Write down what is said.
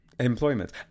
employment